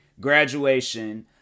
graduation